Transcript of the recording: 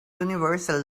universal